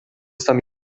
ustami